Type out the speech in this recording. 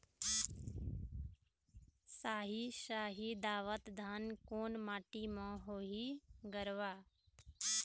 साही शाही दावत धान कोन माटी म होही गरवा?